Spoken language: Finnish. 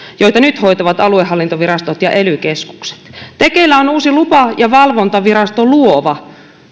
joita nyt hoitavat aluehallintovirastot ja ely keskukset tekeillä on uusi lupa ja valvontavirasto luova